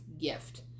gift